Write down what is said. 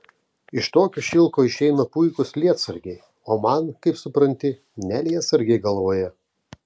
iš tokio šilko išeina puikūs lietsargiai o man kaip supranti ne lietsargiai galvoje